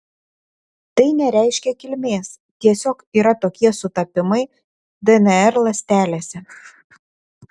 tai nereiškia kilmės tiesiog yra tokie sutapimai dnr ląstelėse